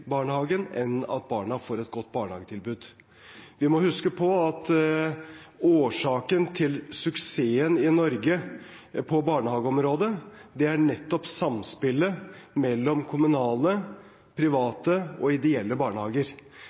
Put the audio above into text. barnehagen, enn av at barna får et godt barnehagetilbud. Vi må huske på at årsaken til suksessen i Norge på barnehageområdet er nettopp samspillet mellom kommunale, private og ideelle barnehager.